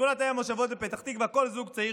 בשכונת אם המושבות בפתח תקווה כל זוג צעיר